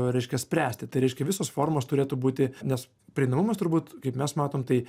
reiškia spręsti tai reiškia visos formos turėtų būti nes prieinamumas turbūt kaip mes matom tai